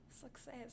Success